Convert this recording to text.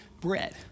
bread